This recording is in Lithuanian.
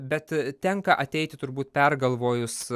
bet tenka ateiti turbūt pergalvojus